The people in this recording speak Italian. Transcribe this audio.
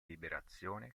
liberazione